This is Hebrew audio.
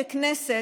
ככנסת,